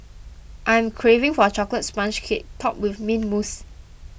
I am craving for a Chocolate Sponge Cake Topped with Mint Mousse